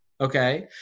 Okay